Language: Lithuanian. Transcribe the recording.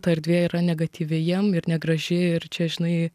ta erdvė yra negatyvi jiem ir negraži ir čia žinai